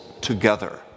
together